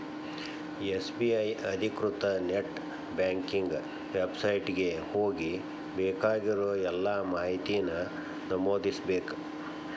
SBI ಅಧಿಕೃತ net banking website ಗೆ ಹೋಗಿ ಬೇಕಾಗಿರೋ ಎಲ್ಲಾ ಮಾಹಿತಿನ ನಮೂದಿಸ್ಬೇಕ್